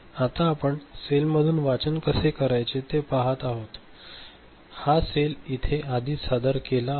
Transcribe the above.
आता आपण सेलमधून वाचन कसे करायचे ते पाहत आहोत हा सेल येथे आधीच सादर केला आहे